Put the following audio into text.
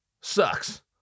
Sucks